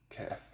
Okay